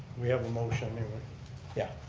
we have a motion anyway. yeah